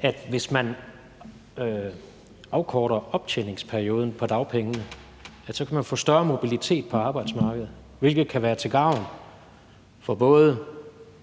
at hvis man afkorter optjeningsperioden for dagpenge, kan man få større mobilitet på arbejdsmarkedet, hvilket kan være til gavn for både